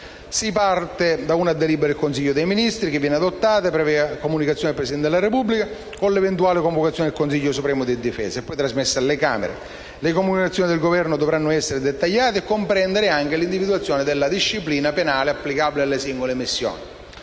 si parte da una delibera del Consiglio dei ministri che viene adottata, previa comunicazione al Presidente della Repubblica, con l'eventuale convocazione del Consiglio supremo di difesa, e poi trasmessa alle Camere. Le comunicazioni del Governo dovranno essere molto dettagliate e comprendere anche l'individuazione della disciplina penale applicabile alle singole missioni.